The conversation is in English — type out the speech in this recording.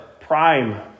prime